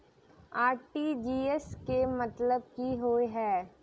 RTGS केँ मतलब की होइ हय?